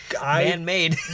Man-made